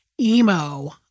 emo